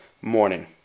morning